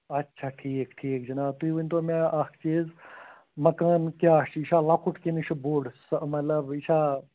اَچھا ٹھیٖک ٹھیٖک جِناب تُہۍ ؤنۍتو مےٚ اکھ چیٖز مکان کیٛاہ چھُ یہِ چھَا لۅکُٹ کِنہٕ یہِ چھُ بوٚڈ مطلب یہِ چھا